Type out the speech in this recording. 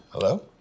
Hello